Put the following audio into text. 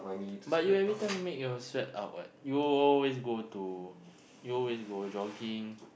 but you everytime make your sweat out what you always go to you always go jogging